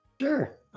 Sure